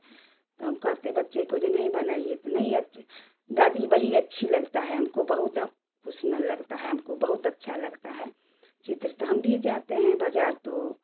तो हम कहते बच्चे को यह नहीं बनाइए तो नहीं अच् दादी बड़ी अच्छी लगती है हमको बहुत वह हुस्न लगता है हमको बहुत अच्छा लगता है चित्र तो हम भी जाते हैं बाज़ार तो